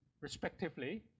respectively